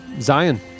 Zion